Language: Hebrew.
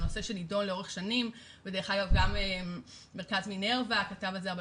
זה נושא שנדון לאורך שנים ודרך אגב גם מרכז מינרווה כתב על זה הרבה